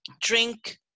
drink